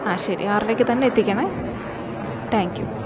ആ ശരി ആറരയ്ക്ക് തന്നെ എത്തിക്കണെ താങ്ക് യു